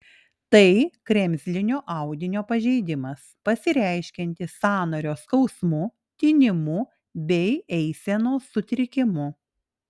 tai kremzlinio audinio pažeidimas pasireiškiantis sąnario skausmu tinimu bei eisenos sutrikimu